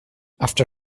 after